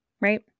right